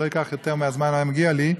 אני לא אקח יותר מהזמן המגיע לי,